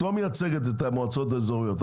את לא מייצגת את המועצות האזוריות.